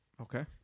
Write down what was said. Okay